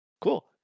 Cool